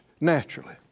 naturally